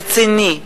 רציני,